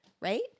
Right